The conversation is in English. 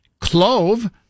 clove